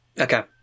okay